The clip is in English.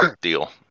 deal